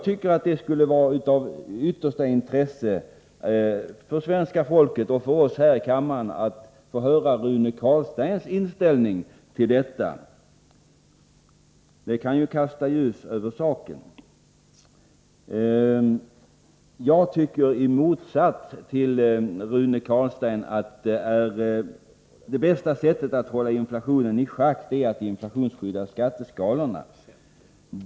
Det skulle vara av yttersta intresse för svenska folket och för oss här i kammaren att få höra Rune Carlsteins inställning till detta. Det kan kasta ljus över saken. I motsats till Rune Carlstein anser jag att det bästa sättet att hålla inflationen i schack är att inflationsskydda skatteskalorna.